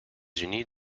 unis